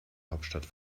hauptstadt